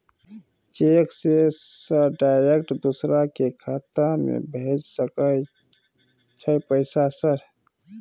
Cheque से sir direct दूसरा के खाता में भेज सके छै पैसा सर?